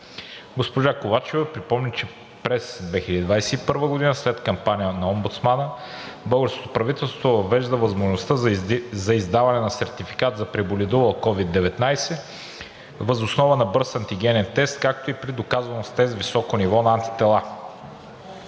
Госпожа Ковачева припомни, че през 2021 г. след кампания на омбудсмана, българското правителство въвежда възможността за издаване на сертификат за преболедувал COVID-19 въз основа на бърз антигенен тест, както и при доказано с тест високо ниво на антитела.